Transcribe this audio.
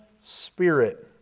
spirit